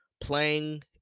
playing